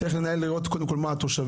צריך לנהל, לראות קודם כל מה התושבים.